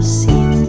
seem